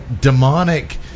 demonic